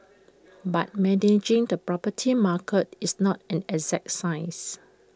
but managing the property market is not an exact science